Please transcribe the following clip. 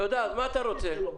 אז מה אתה רוצה?